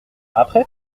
après